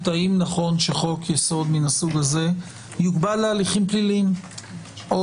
האם נכון שחוק-יסוד מן הסוג הזה יוגבל להליכים פליליים או